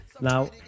Now